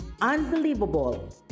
unbelievable